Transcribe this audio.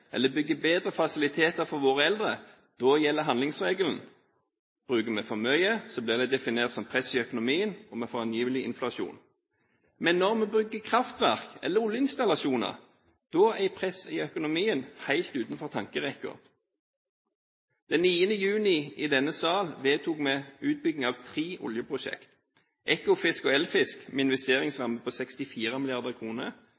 eller bygger bedre fasiliteter for våre eldre, da gjelder handlingsregelen? Bruker vi for mye, blir det definert som press i økonomien, og vi får angivelig inflasjon. Men når vi bygger kraftverk eller oljeinstallasjoner, da er press i økonomien helt utenfor tankerekken. Den 9. juni vedtok vi i denne sal utbygging av tre oljeprosjekt – Ekofisk og Eldfisk, med